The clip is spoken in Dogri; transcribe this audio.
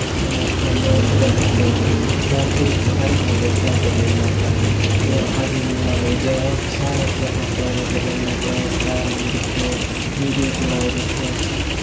मतलब फिर अपने फोन होई गे फोन दे बिच्च हर इक बंदे आस्तै इंट्रटेनमैंट ऐ जि'यां अज्ज दे जमाने च सारें आस्तै फोन इंट्रटेनमैंट ऐ इंस्टाग्राम दिक्खो यू ट्यूव चलाओ तुस